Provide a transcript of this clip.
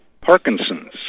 Parkinson's